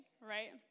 right